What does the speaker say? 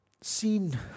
seen